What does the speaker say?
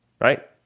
right